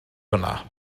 hwnna